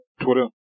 Twitter